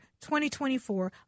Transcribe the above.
2024